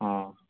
ହଁ